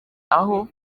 aho